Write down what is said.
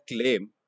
claim